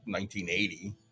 1980